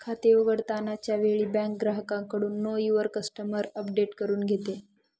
खाते उघडताना च्या वेळी बँक ग्राहकाकडून नो युवर कस्टमर अपडेट करून घेते